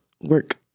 work